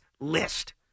list